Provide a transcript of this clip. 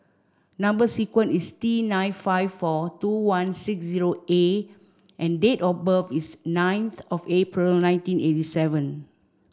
number sequence is T nine five four two one six zero A and date of birth is ninth of April nineteen eighty seven